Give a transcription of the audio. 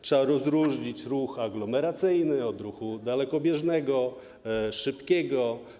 Trzeba rozróżnić ruch aglomeracyjny od ruchu dalekobieżnego, szybkiego.